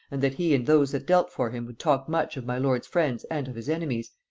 and that he and those that dealt for him would talk much of my lord's friends and of his enemies,